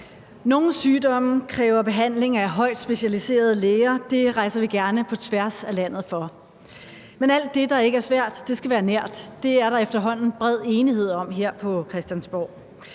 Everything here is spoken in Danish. Nogle sygdomme kræver behandling af højt specialiserede læger, og det rejser vi gerne på tværs af landet for. Men alt det, der ikke er svært, skal være nært. Det er der efterhånden bred enighed om her på Christiansborg.